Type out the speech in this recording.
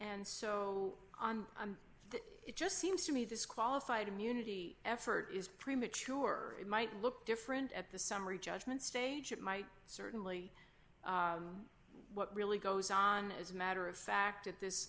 and so on and it just seems to me this qualified immunity effort is premature it might look different at the summary judgment stage of my certainly what really goes on as a matter of fact at this